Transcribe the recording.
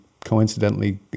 coincidentally